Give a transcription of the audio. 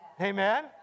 Amen